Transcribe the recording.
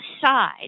side